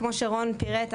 כמו שרון פירט,